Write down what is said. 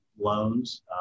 loans